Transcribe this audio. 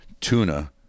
tuna